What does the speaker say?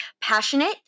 passionate